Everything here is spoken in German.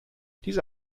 diese